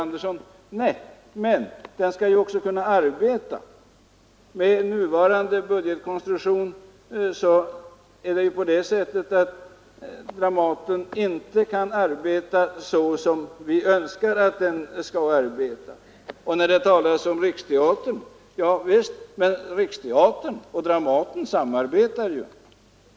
Nej, men den skall ju också kunna arbeta! Med nuvarande budgetkonstruktion kan Dramaten inte arbeta så som vi önskar att den skall arbeta. Så talas det om Riksteatern. Ja visst, Riksteatern och Dramaten samarbetar ju.